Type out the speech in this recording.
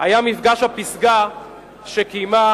היה מפגש הפסגה שקיימה